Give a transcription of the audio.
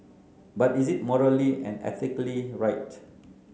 but is it morally and ethically right